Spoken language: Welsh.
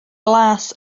glas